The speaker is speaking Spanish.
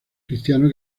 cristianos